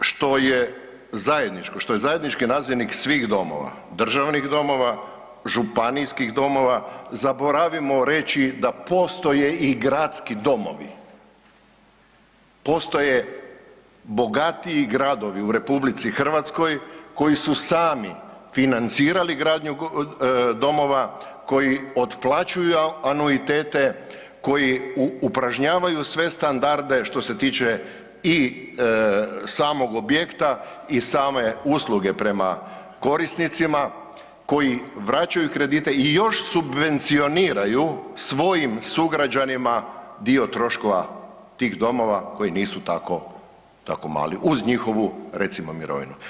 Ono što je zajedničko, što je zajednički nazivnik svih domova, državnih domova, županijskih domova, zaboravimo reći da postoje i gradski domovi, postoje bogatiji gradovi u RH koji su sami financirali gradnju domova, koji otplaćuju anuitete, koji upražnjavaju sve standarde što se tiče i samog objekta i same usluge prema korisnicima koji vraćaju kredite i još subvencioniraju svojim sugrađanima dio troškova tih domova koji nisu tako, tako mali uz njihovu recimo mirovinu.